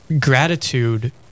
gratitude